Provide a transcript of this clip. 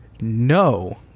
no